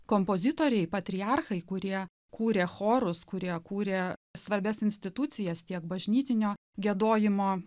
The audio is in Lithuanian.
kompozitoriai patriarchai kurie kūrė chorus kurie kūrė svarbias institucijas tiek bažnytinio giedojimo